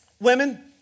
Women